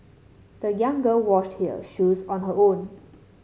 the young girl washed her shoes on her own